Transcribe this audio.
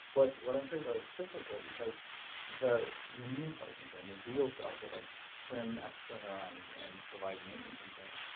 but what i'm talking about is cyclical because the the immune cells in your brain, the glial cells that like trim extra neurons and provide maintenance to and the brain,